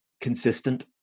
consistent